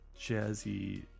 jazzy